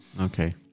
Okay